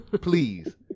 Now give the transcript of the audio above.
please